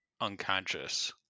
unconscious